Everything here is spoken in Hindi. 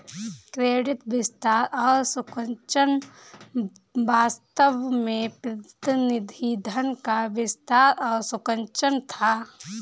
क्रेडिट विस्तार और संकुचन वास्तव में प्रतिनिधि धन का विस्तार और संकुचन था